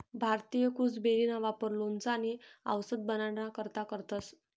भारतीय गुसबेरीना वापर लोणचं आणि आवषद बनाडाना करता करतंस